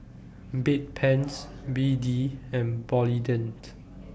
Bedpans B D and Polident